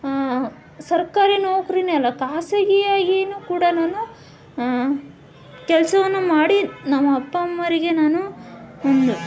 ಸರ್ಕಾರಿ ನೌಕರಿನೇ ಅಲ್ಲ ಖಾಸಗಿಯಾಗಿಯೂ ಕೂಡ ನಾನು ಕೆಲಸವನ್ನ ಮಾಡಿ ನಮ್ಮ ಅಪ್ಪ ಅಮ್ಮ ಅವ್ರಿಗೆ ನಾನು